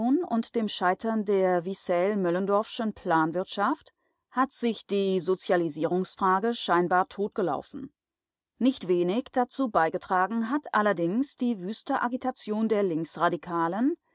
und dem scheitern der wissell-möllendorffschen planwirtschaft hat sich die sozialisierungsfrage scheinbar totgelaufen nicht wenig dazu beigetragen hat allerdings die wüste agitation der linksradikalen